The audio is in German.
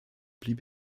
blieb